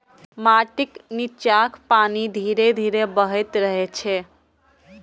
माटिक निच्चाक पानि धीरे धीरे बहैत रहै छै